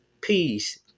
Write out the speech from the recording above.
peace